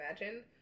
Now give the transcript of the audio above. imagine